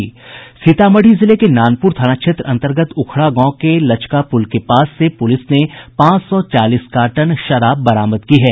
सीतामढ़ी जिले नानपुर थाना क्षेत्र अंतर्गत उखड़ा गांव के लचका पुल के पास से पुलिस ने पांच सौ चालीस कार्टन शराब बरामद की है